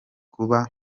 kuba